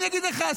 אני אגיד לך,